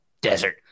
desert